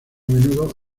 menudo